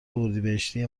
اردیبهشتی